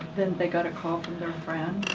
then they got a call from their friend,